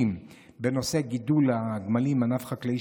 60 בנושא גידול הגמלים כענף חקלאי,